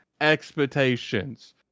expectations